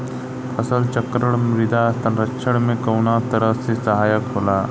फसल चक्रण मृदा संरक्षण में कउना तरह से सहायक होला?